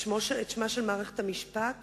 את שמה של מערכת המשפט